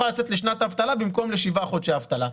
לצאת לשנת אבטלה במקום לשבעה חודשי אבטלה.